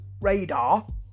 Radar